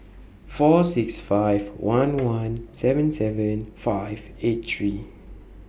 four six five one one seven seven five eight three